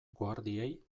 guardiei